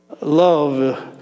love